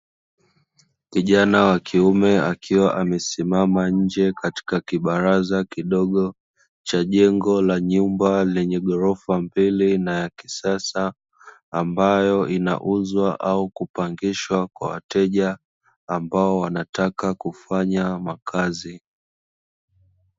Kijana wa kiume akiwa amesimama nje katika kibaraza kidogo, cha jengo la nyumba lenye ghorofa mbili na ya kisasa ambayo inauzwa au kupangishwa kwa wateja ambao wanataka kufanya makazi.